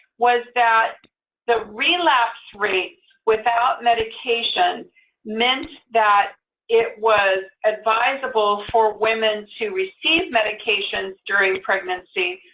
was that the relapse rates without medications meant that it was advisable for women to receive medications during the pregnancy.